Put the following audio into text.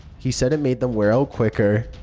he said it made them wear out quicker.